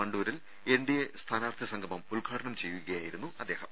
വണ്ടൂരിൽ NDA സ്ഥാനാർത്ഥി സംഗമം ഉദ്ഘാടനം ചെയ്യുകയായിരുന്നു അദ്ദേഹം